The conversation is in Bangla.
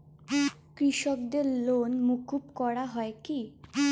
কৃষকদের লোন মুকুব করা হয় কি?